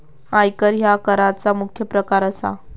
आयकर ह्या कराचा मुख्य प्रकार असा